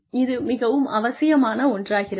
இது மிகவும் அவசியமான ஒன்றாகிறது